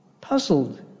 puzzled